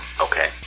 Okay